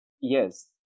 Yes